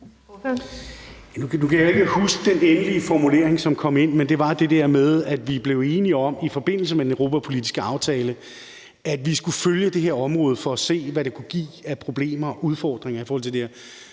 Nu kan jeg ikke huske den endelige formulering, som kom ind, men det var det der med, at vi blev enige om i forbindelse med den europapolitiske aftale, at vi skulle følge det her område for at se, hvad det kunne give af problemer og udfordringer i forhold til det her.